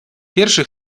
pierwszy